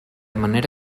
manera